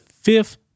fifth